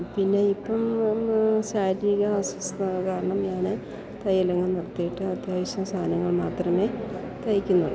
പിന്നെ ഇപ്പം പറഞ്ഞാൽ ശാരീരിക അസ്വസ്ഥത കാരണം ഞാൻ ടൈലറിങ് നിർത്തിയിട്ട് അത്യാവശ്യം സാധനങ്ങൾ മാത്രമേ തയ്ക്കുന്നുളളൂ